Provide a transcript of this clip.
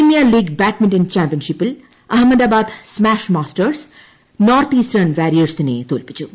premier league badminton ചാമ്പ്യൻഷിപ്പിൽ Ahmedabad smash masters north eastern വാരിയേഴ്സിനെ തോൽപിച്ചു